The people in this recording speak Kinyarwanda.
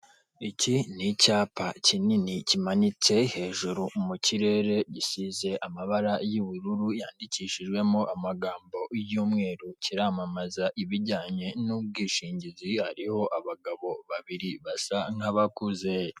Iki ni icyapa kinini kimanitse hejuru mu kirere gisize amabara y'ubururu yandikishijwemo amagambo y'umweru kiramamaza ibijyanye n'ubwishingizi, hariho abagabo babiri basa nk'abakuze.